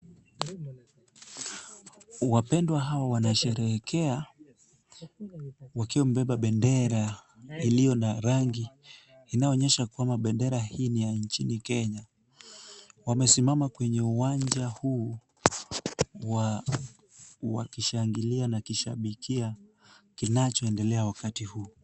Wapendwa hawa wanasherehekea wakiwa wabeba bendera iliyo na rangi inayoonyesha kwamba bendera hii ni ya nchini ya Kenya. Wamesima kwenye uwanja huu wakishangilia na kushabikia kinachoendelea wakati huu.